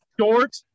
Short